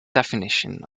definition